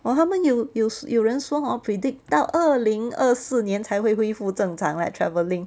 !wah! 他们有有人说 hor predict 到二零二四年才会恢复正常 leh travelling